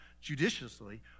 judiciously